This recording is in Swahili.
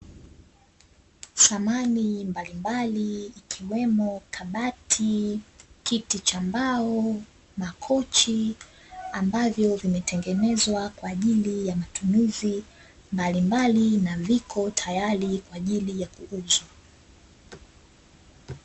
Samani mbalimbali ikiwemo kabati, kiti cha mbao, makochi ambavyo vimetengenezwa kwa ajili ya matumizi mbalimbali na vikotayari kwa ajili ya kuuzwa.